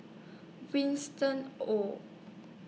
Winston Oh